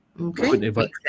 Okay